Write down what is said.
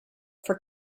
for